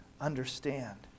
understand